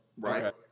right